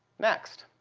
next.